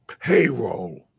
payroll